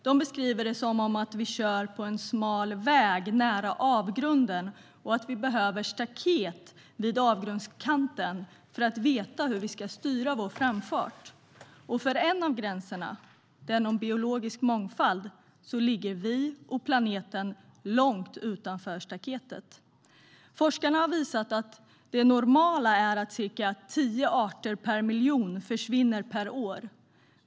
De beskriver det som om vi kör på en smal väg nära avgrunden och behöver staket vid avgrundskanten för att veta hur vi ska styra vår framfart. För en av gränserna, den om biologisk mångfald, ligger vi och planeten långt utanför staketet. Forskarna har visat att det normala är att cirka tio arter per miljon försvinner per år.